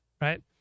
right